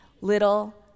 little